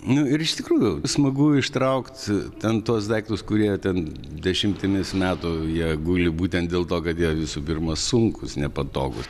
nu ir iš tikrųjų smagu ištraukt ten tuos daiktus kurie ten dešimtimis metų jie guli būtent dėl to kad jie visų pirma sunkūs nepatogūs